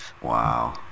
Wow